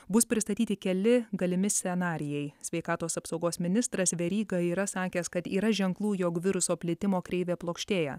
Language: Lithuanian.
bus pristatyti keli galimi scenarijai sveikatos apsaugos ministras veryga yra sakęs kad yra ženklų jog viruso plitimo kreivė plokštėja